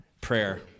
Prayer